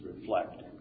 reflect